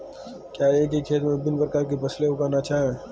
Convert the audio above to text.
क्या एक ही खेत में विभिन्न प्रकार की फसलें उगाना अच्छा है?